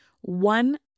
one